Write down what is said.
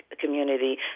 community